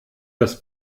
das